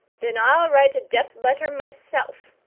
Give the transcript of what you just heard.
then i'll write a death-letter myself,